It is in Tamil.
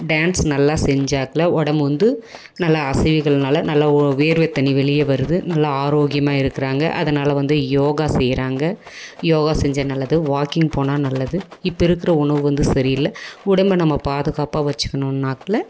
டேன்ஸ் நல்லா செஞ்சாக்குல உடம்பு வந்து நல்லா அசைவுகள்னால நல்ல ஓ வேர்வை தண்ணி வெளியே வருது நல்லா ஆரோக்கியமாக இருக்கிறாங்க அதனால் வந்து யோகா செய்கிறாங்க யோகா செஞ்சால் நல்லது வாக்கிங் போனால் நல்லது இப்போ இருக்கிற உணவு வந்து சரியில்லை உடம்பை நம்ம பாதுகாப்பாக வச்சுக்கணும்னாக்குல